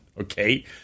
okay